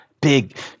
Big